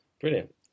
Brilliant